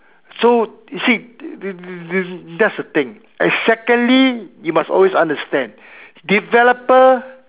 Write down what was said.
so you see th~ that's the thing and secondly you must always understand developer